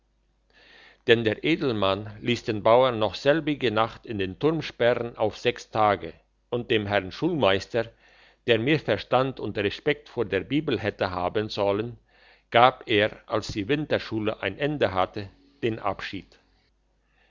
denn der edelmann liess den bauern noch selbige nacht in den turn sperren auf sechs tage und dem herrn schulmeister der mehr verstand und respekt vor der bibel hätte haben sollen gab er als die winterschule ein ende hatte den abschied